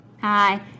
Hi